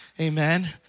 Amen